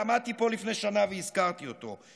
ועמדתי פה לפני שנה והזכרתי אותו.